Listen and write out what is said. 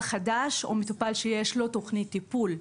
חדש או מטופל שיש לו תוכנית טיפול,